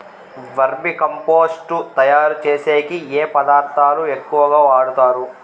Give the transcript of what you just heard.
వర్మి compost తయారుచేసేకి ఏ పదార్థాలు ఎక్కువగా వాడుతారు